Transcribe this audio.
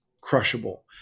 crushable